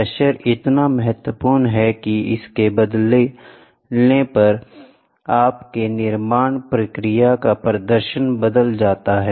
pressure इतना महत्वपूर्ण है कि इसके बदलने पर आपके निर्माण प्रक्रिया का प्रदर्शन बदल सकता है